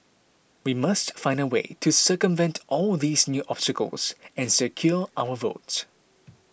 we must find a way to circumvent all these new obstacles and secure our votes